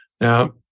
Now